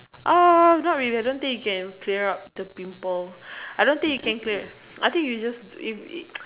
ah not really I don't think you can clear up the pimple I don't think you can clear I think you just if it